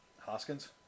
Hoskins